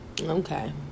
okay